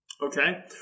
Okay